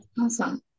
awesome